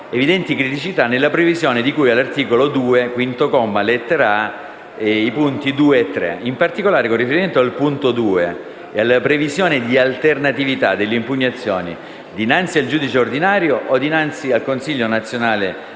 evidenti criticità nella previsione di cui all'articolo 2, quinto comma, lettera *a)*, punti 2 e 3. In particolare, con riferimento al punto 2 e alla previsione di alternatività delle impugnazioni dinanzi al giudice ordinario o dinanzi al Consiglio nazionale